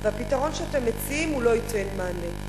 והפתרון שאתם מציעים לא ייתן מענה,